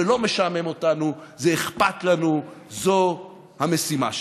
זה לא משעמם אותנו, זה אכפת לנו, זו המשימה שלנו.